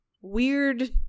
weird